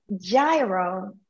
gyro